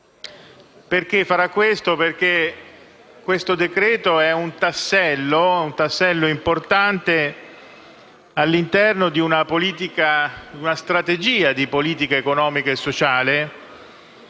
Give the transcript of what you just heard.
perché questo decreto-legge è un tassello importante all'interno di una strategia di politica economica e sociale